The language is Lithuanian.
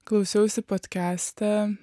klausiausi podkestą